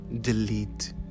Delete